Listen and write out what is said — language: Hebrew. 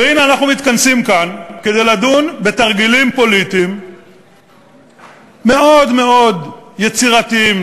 והנה אנחנו מתכנסים כאן כדי לדון בתרגילים פוליטיים מאוד מאוד יצירתיים,